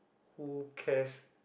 who cares